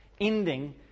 ending